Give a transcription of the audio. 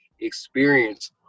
experience